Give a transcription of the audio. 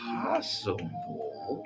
possible